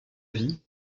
vie